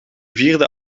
vierde